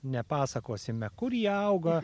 nepasakosime kurie auga